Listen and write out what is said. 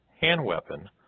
hand-weapon